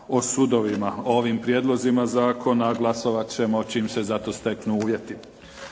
o sudovima. O ovim prijedlozima zakona glasovat ćemo čim se za to steknu uvjeti.